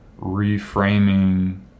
reframing